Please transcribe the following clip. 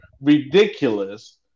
ridiculous